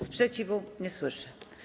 Sprzeciwu nie słyszę.